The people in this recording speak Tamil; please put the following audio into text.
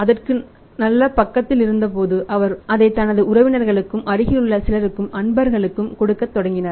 அதற்கு நல்ல பதில்இருந்தபோது அவர் அதை தனது உறவினர்களுக்கும் அருகிலுள்ள சிலருக்கும் அன்பர்களுக்கும் கொடுக்கத் தொடங்கினார்